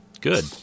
Good